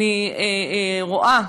אני רואה,